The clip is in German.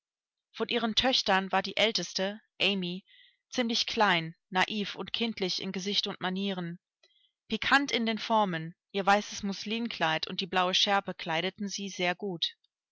von ihren töchtern war die älteste amy ziemlich klein naiv und kindlich in gesicht und manieren pikant in den formen ihr weißes muslinkleid und die blaue schärpe kleideten sie sehr gut